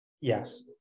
Yes